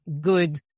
good